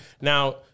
Now